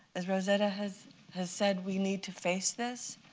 as rosetta has has said, we need to face this.